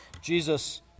Jesus